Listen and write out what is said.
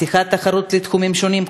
פתיחת התחרות לתחומים שונים,